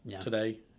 today